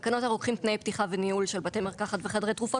תקנות הרוקחים (תנאי פתיחה וניהול של בתי מרקחת וחדרי תרופות),